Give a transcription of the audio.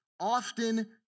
often